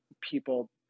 people